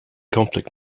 conflict